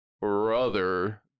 brother